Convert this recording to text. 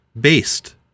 Based